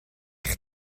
eich